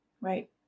Right